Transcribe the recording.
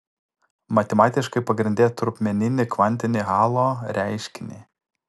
matematiškai pagrindė trupmeninį kvantinį hallo reiškinį